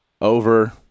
over